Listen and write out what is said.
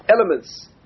elements